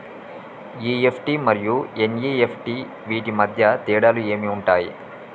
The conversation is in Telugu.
ఇ.ఎఫ్.టి మరియు ఎన్.ఇ.ఎఫ్.టి వీటి మధ్య తేడాలు ఏమి ఉంటాయి?